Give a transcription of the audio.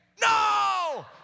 No